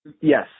Yes